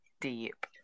deep